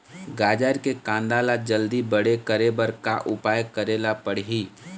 गाजर के कांदा ला जल्दी बड़े करे बर का उपाय करेला पढ़िही?